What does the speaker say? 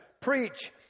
preach